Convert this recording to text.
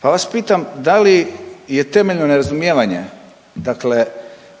Pa vas pitam da li je temeljno nerazumijevanje, dakle